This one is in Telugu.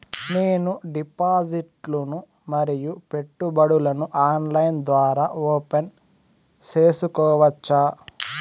నేను డిపాజిట్లు ను మరియు పెట్టుబడులను ఆన్లైన్ ద్వారా ఓపెన్ సేసుకోవచ్చా?